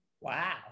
Wow